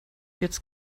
jetzt